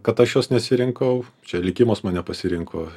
kad aš jos nesirinkau čia likimas mane pasirinko